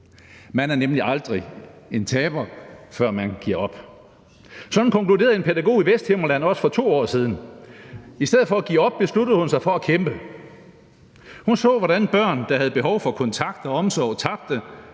Man er nemlig aldrig en taber, før man giver op. Sådan konkluderede en pædagog i Vesthimmerland også for 2 år siden. I stedet for at give op besluttede hun sig for at kæmpe. Hun så, hvordan børn, der havde behov for kontakt og omsorg, tabte,